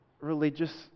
religious